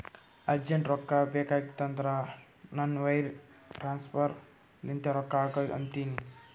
urgent ರೊಕ್ಕಾ ಬೇಕಾಗಿತ್ತಂದ್ರ ನಾ ವೈರ್ ಟ್ರಾನ್ಸಫರ್ ಲಿಂತೆ ರೊಕ್ಕಾ ಹಾಕು ಅಂತಿನಿ